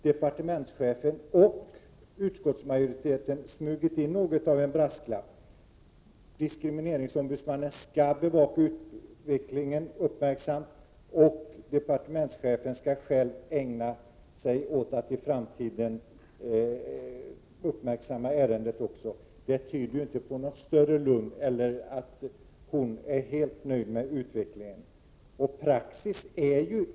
Departementschefen och utskottsmajoriteten har i betänkandet smugit in något av en brasklapp. Diskrimineringsombudsmannen skall bevaka utvecklingen uppmärksamt, och departementschefen skall själv i framtiden ägna uppmärksamhet åt ärendet. Det tyder inte på något större lugn hos departementschefen eller på att hon är helt nöjd med utvecklingen.